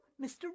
Mr